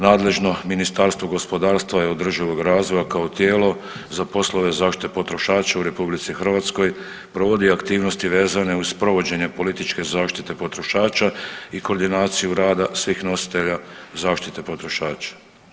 Nadležno Ministarstvo gospodarstva i održivoga razvoja kao tijelo za poslove zaštite potrošača u RH provodi aktivnosti vezane uz provođenje političke zaštite potrošača i koordinaciju rada svih nositelja zaštite potrošača.